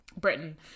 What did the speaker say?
britain